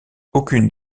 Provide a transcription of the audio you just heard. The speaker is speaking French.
aucune